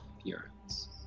appearance